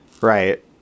Right